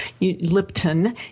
Lipton